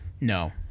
No